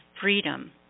freedom